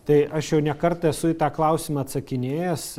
tai aš jau ne kartą esu į tą klausimą atsakinėjęs